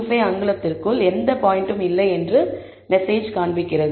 25 அங்குலங்களுக்குள் எந்த பாயிண்ட்டும் இல்லை" என்று ஒரு மெசேஜை காண்பிக்கும்